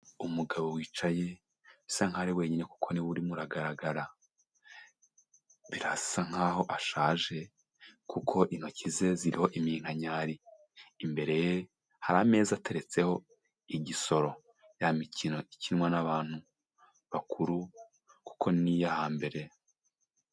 Umugabo wicaye, bisa nkaho ari wenyine kuko ni we urimo uragaragara, birasa nkaho ashaje, kuko intoki ze ziriho iminkanyari, imbere ye hari ameza ateretseho igisoro, ya mikino ikinwa n'abantu bakuru, kuko ni iyo hambere.